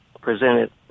presented